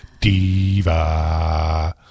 Diva